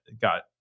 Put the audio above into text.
got